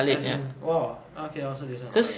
as in !wah! I also listen to this [one] correct